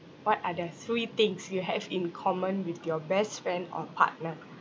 what are the three things you have in common with your best friend or partner